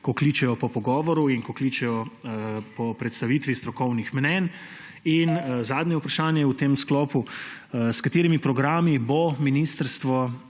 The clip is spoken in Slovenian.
ko kličejo po pogovoru in ko kličejo po predstavitvi strokovnih mnenj? In zadnje vprašanje v tem sklopu: S katerimi programi bo ministrstvo